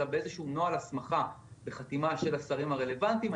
אלא באיזשהו נוהל הסמכה בחתימה של השרים הרלוונטיים.